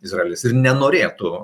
izraelis ir nenorėtų